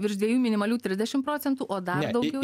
virš dviejų minimalių trisdešimt procentų o dar daugiau